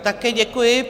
Také děkuji.